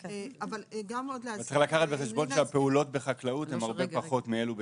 צריך לקחת בחשבון שהפעולות בחקלאות הן הרבה פחות מאלה שבסיעוד.